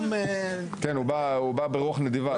כן, הוא בא ברוח נדיבה.